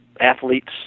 athletes